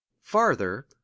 farther